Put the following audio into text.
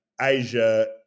Asia